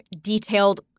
detailed